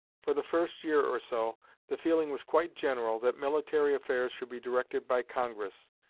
for the first year or so the feeling was quite general that military affairs should be directed by congress,